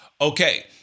Okay